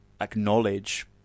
acknowledge